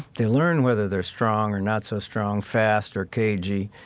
they learn whether they're strong or not so strong, fast or cagey,